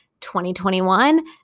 2021